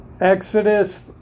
Exodus